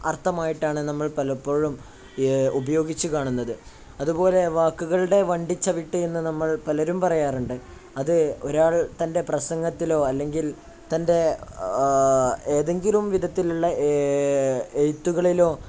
അര്ഥമായിട്ടാണു നമ്മൾ പലപ്പോഴും ഉപയോഗിച്ചുകാണുന്നത് അതുപോലെ വാക്കുകളുടെ വണ്ടിച്ചവിട്ട് എന്നു നമ്മൾ പലരും പറയാറുണ്ട് അത് ഒരാൾ തൻ്റെ പ്രസംഗത്തിലോ അല്ലെങ്കിൽ തൻ്റെ ഏതെങ്കിലും വിധത്തിലുള്ള എഴുത്തുകളിലോ